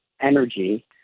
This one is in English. energy